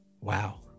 Wow